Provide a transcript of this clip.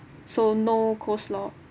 so no coleslaw